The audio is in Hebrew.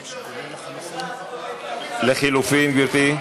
לחלופין, גברתי?